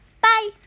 bye